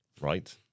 right